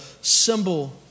symbol